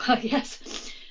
Yes